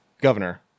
governor